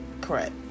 Correct